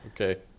Okay